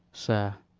sir,